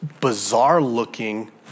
bizarre-looking